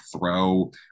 throw